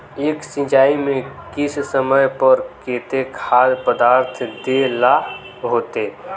एक सिंचाई में किस समय पर केते खाद पदार्थ दे ला होते?